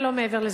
ולא מעבר לזה.